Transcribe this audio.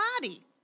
body